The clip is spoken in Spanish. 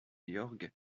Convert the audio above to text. georg